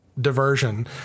diversion